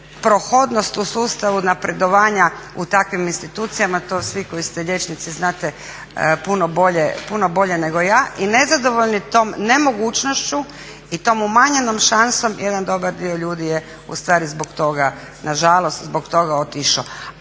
prohodnost u sustavu napredovanja u takvim institucijama to svi koji ste liječnici znate puno bolje nego ja. I nezadovoljni tom nemogućnošću i tom umanjenom šansom jedan dobar dio ljudi je ustvari zbog toga nažalost zbog toga otišao.